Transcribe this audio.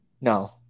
no